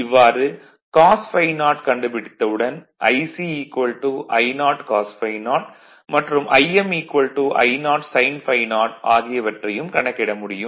இவ்வாறு cos ∅0 கண்டுபிடித்தவுடன் Ic I0 cos ∅0 மற்றும் Im I0 sin ∅0 ஆகியவற்றையும் கணக்கிட முடியும்